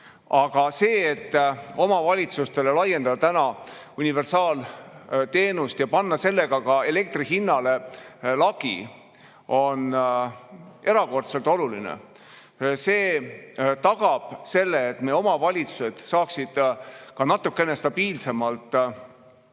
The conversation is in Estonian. laiendada omavalitsustele universaalteenust ja panna sellega ka elektri hinnale lagi, on erakordselt oluline. See tagab selle, et omavalitsused saaksid ka natukene stabiilsemalt oma